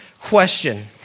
question